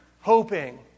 hoping